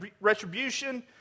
retribution